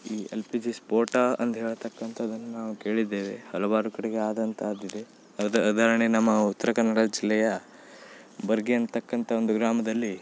ಈ L P G ಸ್ಫೋಟ ಅಂದು ಹೇಳ್ತಕ್ಕಂಥದನ್ನು ನಾವು ಕೇಳಿದ್ದೇವೆ ಹಲವಾರು ಕಡೆಗೆ ಆದಂತಹದ್ದು ಇದೆ ಉದ ಉದಾಹರಣೆ ನಮ್ಮ ಉತ್ತರ ಕನ್ನಡ ಜಿಲ್ಲೆಯ ಬರ್ಗೆ ಅನ್ತಕ್ಕಂಥ ಒಂದು ಗ್ರಾಮದಲ್ಲಿ